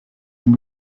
and